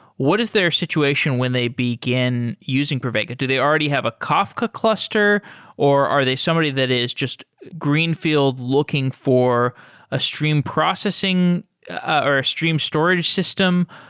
what is their situation when they begin using pravega? do they already have a kafka cluster or are they somebody that is just greenfield looking for a streamed processing ah or a streamed storage system?